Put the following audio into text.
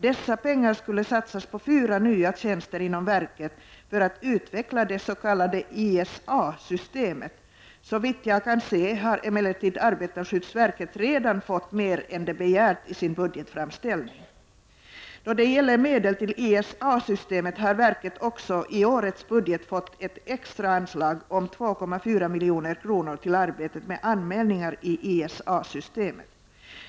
Dessa pengar skulle satsas på fyra nya tjänster inom verket för att utveckla det s.k. ISA-systemet. Såvitt jag kan se har emellertid arbetarskyddsverket redan fått mer än det begärt i sin budgetframställning. Verket har också i årets budget fått ett extra anslag om 2,4 milj.kr. till arbetet med anmälningar i ISA-systemet.